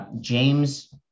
James